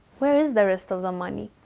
where is the rest of the money?